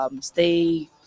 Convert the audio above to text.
stay